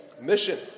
Mission